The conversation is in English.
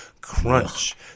crunch